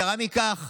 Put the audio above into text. יתרה מכך,